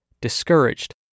discouraged